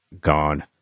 gone